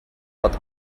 but